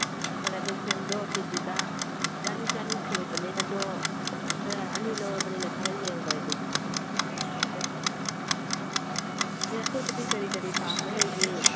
ꯐꯔꯦ ꯐꯔꯦ ꯑꯗꯣ ꯁꯦꯝꯗꯣ ꯀꯦ ꯖꯤꯗ ꯆꯅꯤ ꯆꯅꯤ ꯅꯤꯡꯕꯅꯦ ꯑꯗꯣ ꯈꯔ ꯑꯅꯤ ꯂꯧꯔꯕꯅꯤꯅ ꯈꯔ ꯌꯦꯡꯕꯗꯨꯅꯤ ꯐꯔꯦ ꯐꯔꯦ ꯑꯥ ꯑꯗꯒꯤ ꯑꯇꯣꯞꯄꯗꯤ ꯀꯔꯤ ꯀꯔꯤ ꯄꯥꯝꯕ ꯂꯩꯔꯤ